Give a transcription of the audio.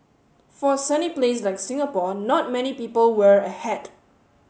for a sunny place like Singapore not many people wear a hat